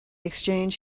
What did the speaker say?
exchange